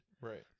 Right